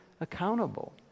accountable